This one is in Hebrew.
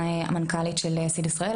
המנכ"לית של סיד ישראל,